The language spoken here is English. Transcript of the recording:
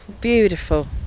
beautiful